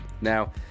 Now